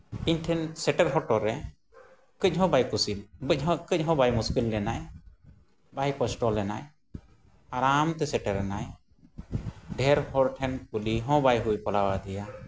ᱤᱧᱴᱷᱮᱱ ᱥᱮᱴᱮᱨ ᱦᱚᱴᱚᱨᱮ ᱠᱟᱹᱡᱦᱚᱸ ᱵᱟᱭ ᱠᱩᱥᱤ ᱠᱟᱹᱡᱦᱚᱸ ᱵᱟᱭ ᱢᱩᱥᱠᱤᱞ ᱞᱮᱱᱟᱭ ᱵᱟᱭ ᱠᱚᱥᱴᱚ ᱞᱮᱱᱟᱭ ᱟᱨᱟᱢᱛᱮ ᱥᱮᱴᱮᱨᱮᱱᱟᱭ ᱰᱷᱮᱨ ᱦᱚᱲ ᱴᱷᱮᱱ ᱠᱩᱞᱤᱦᱚᱸ ᱵᱟᱭ ᱦᱩᱭ ᱯᱟᱲᱟᱣᱟᱫᱮᱭᱟ